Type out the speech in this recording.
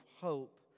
hope